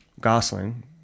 gosling